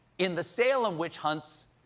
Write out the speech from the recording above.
in the salem witch hunts,